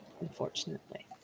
unfortunately